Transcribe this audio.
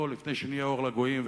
לפני שנהיה אור לגויים,